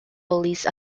police